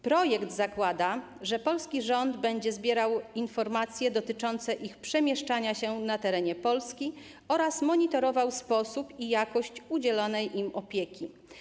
Projekt zakłada, że polski rząd będzie zbierał informacje dotyczące ich przemieszczania się na terenie Polski oraz monitorował sposób i jakość udzielonej im opieki.